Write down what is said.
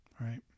Right